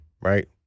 right